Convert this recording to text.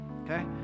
okay